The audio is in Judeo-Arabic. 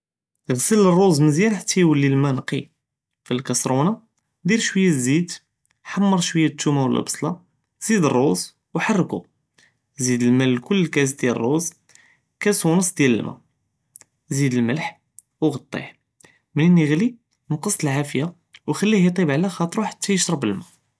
עְסַל רוּז מזְיַאן חְתא יוֹלִילמא נקי, פלאכסרוּנה דיר שוִי זֵית חַמַר וְדִיאל עַצְמֶה ואלבּצְלָה, זיד רוּז וחרְכּו, ידל מא לכל כאס דיאל רוּז, כאס ונס דיאל מא, זיד אלמלח וְגֻטִיה, מתן יגלי נֶקֶס אלעאפיה וְכליה יטיב עלא חַאתֶר חְתא ישרב מא.